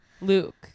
Luke